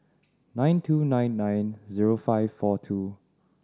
nine two nine nine zero five four two